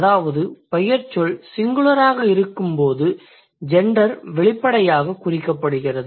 அதாவது பெயர்ச்சொல் சிங்குலராக இருக்கும்போது ஜெண்டர் வெளிப்படையாகக் குறிக்கப்படுகிறது